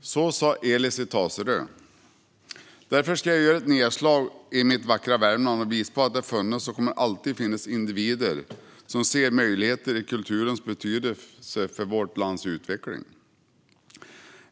Så sa Elis i Tasere. Jag ska göra ett nedslag i mitt vackra Värmland och visa att det har funnits och alltid kommer att finnas individer som i kulturen ser möjligheter för vårt lands utveckling.